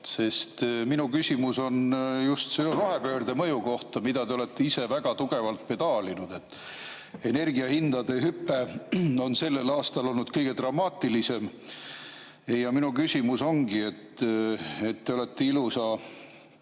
aastat. Minu küsimus on just rohepöörde mõju kohta. Seda te olete ise väga tugevalt pedaalinud. Energiahindade hüpe on sellel aastal olnud kõige dramaatilisem. Minu küsimus ongi selle kohta, et te olete ilusa